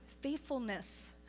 faithfulness